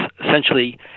essentially